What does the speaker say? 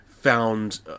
found